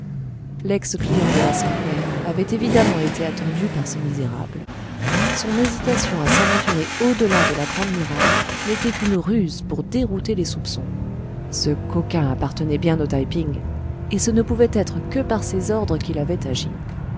lex client de la centenaire avait évidemment été attendu par ce misérable son hésitation à s'aventurer au-delà de la grandemuraille n'était qu'une ruse pour dérouter les soupçons ce coquin appartenait bien au taï ping et ce ne pouvait être que par ses ordres qu'il avait agi